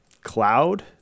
Cloud